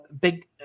big